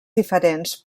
diferents